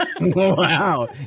Wow